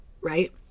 Right